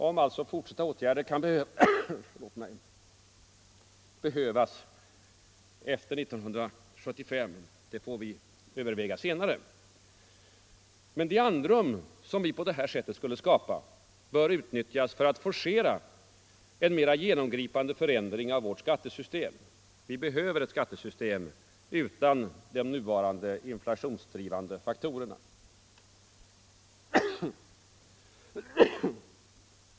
Om fortsatta åtgärder kan behövas efter 1975 får vi överväga senare. Men det andrum som vi på detta sätt skulle skapa bör utnyttjas till att forcera en mer genomgripande förändring av vårt skattesystem. Vi behöver ett skattesystem utan de nuvarande inflationsdrivande faktorerna.